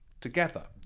together